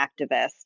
activist